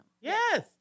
Yes